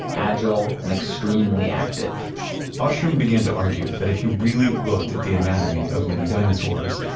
agile, and extremely active ostrom began to argue that if you really looked at the anatomy of many dinosaurs,